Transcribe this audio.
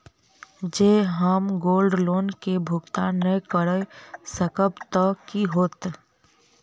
जँ हम gold loan केँ भुगतान न करऽ सकबै तऽ की होत?